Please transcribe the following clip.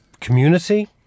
community